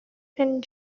and